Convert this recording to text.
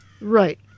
Right